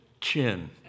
chin